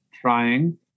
trying